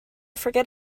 forget